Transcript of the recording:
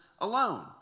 alone